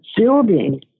building